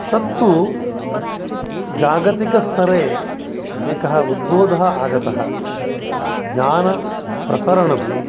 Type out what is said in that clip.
तत्तु जागतिकस्तरे एकः उद्बोधः आगतः ज्ञानप्रसरणं